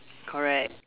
correct